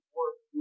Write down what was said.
work